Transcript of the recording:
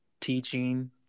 teaching